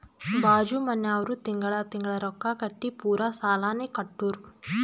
ಬಾಜು ಮನ್ಯಾವ್ರು ತಿಂಗಳಾ ತಿಂಗಳಾ ರೊಕ್ಕಾ ಕಟ್ಟಿ ಪೂರಾ ಸಾಲಾನೇ ಕಟ್ಟುರ್